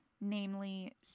namely